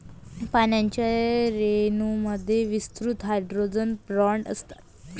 पाण्याच्या रेणूंमध्ये विस्तृत हायड्रोजन बॉण्ड असतात